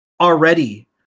Already